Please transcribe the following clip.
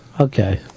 Okay